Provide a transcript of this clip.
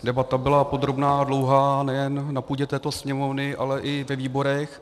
Debata byla podrobná a dlouhá nejen na půdě této Sněmovny, ale i ve výborech.